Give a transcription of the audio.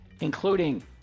including